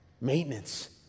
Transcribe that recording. maintenance